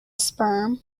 sperm